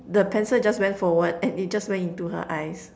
the pencil just went forward and it just went into her eyes